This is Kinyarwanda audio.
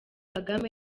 kagame